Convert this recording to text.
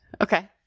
Okay